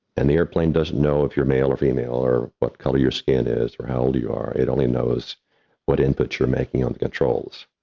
and the airplane doesn't know if you're male or female, or what color your skin is, or how old you are it only knows what input you're making on the controls.